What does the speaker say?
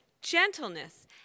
gentleness